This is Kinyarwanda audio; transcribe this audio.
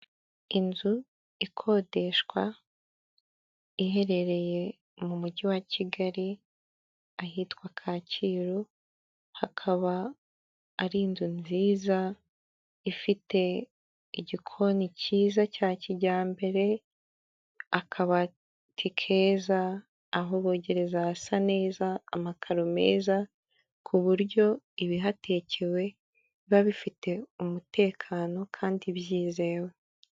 Inzu ikodeshwa iherereye mu mujyi wa Kigali ahitwa Kacyiru hakaba ari inzu nziza ifite igikoni cyiza cya kijyambere akabati keza, aho bogereza hasa neza, amakaro meza ku buryo ibihatekewe biba bifite umutekano kandi byizewe.